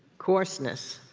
coarseness.